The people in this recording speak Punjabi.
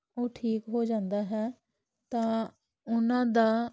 ਉਹ ਠੀਕ ਹੋ ਜਾਂਦਾ ਹੈ ਤਾਂ ਉਹਨਾਂ ਦਾ